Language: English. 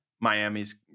Miami's